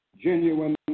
genuine